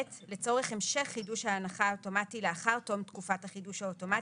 לצורך המשך חידוש ההנחה האוטומטי לאחר תום תקופת החידוש האוטומטי,